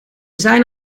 zijn